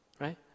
right